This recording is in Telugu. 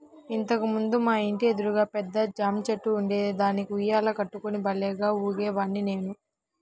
ఇంతకు ముందు మా ఇంటి ఎదురుగా పెద్ద జాంచెట్టు ఉండేది, దానికి ఉయ్యాల కట్టుకుని భల్లేగా ఊగేవాడ్ని నేను